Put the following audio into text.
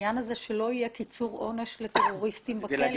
זה שלא יהיה קיצור עונש לטרוריסטים בכלא,